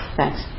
thanks